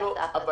אבל